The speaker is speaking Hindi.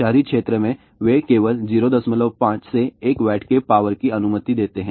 शहरी क्षेत्र में वे केवल 05 से 1 W की पावर की अनुमति देते हैं